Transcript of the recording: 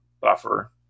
buffer